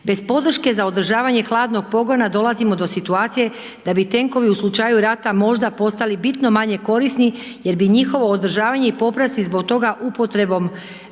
Bez podrške za održavanje hladnog pogona dolazimo do situacije da bi tenkovi u slučaju rata možda postali bitno manje korisni jer bi njihovo održavanje i popravci zbog toga upotrebom